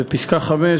ובפסקה (5),